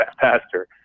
faster